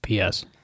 PS